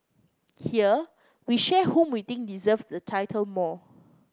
here we share whom we think deserves the title more